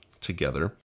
together